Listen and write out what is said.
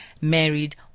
married